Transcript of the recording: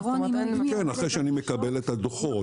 כן, אחרי שאני מקבל את הדוחות.